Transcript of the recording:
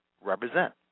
represent